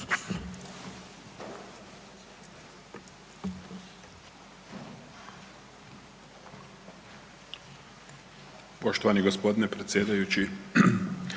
Poštovani gospodine predsjedniče